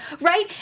Right